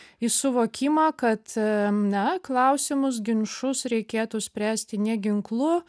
į suvokimą kad na klausimus ginčus reikėtų spręsti ne ginklu